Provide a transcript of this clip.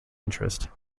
interest